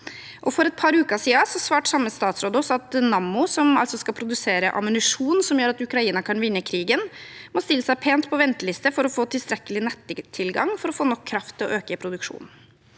For et par uker siden svarte samme statsråd at Nammo, som altså skal produsere ammunisjon som gjør at Ukraina kan vinne krigen, må stille seg pent på venteliste for å få tilstrekkelig nettilgang for å få nok kraft til å øke produksjonen.